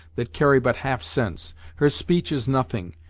that carry but half sense her speech is nothing,